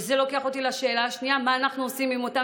וזה לוקח אותי לשאלה השנייה: מה אנחנו עושים עם אותם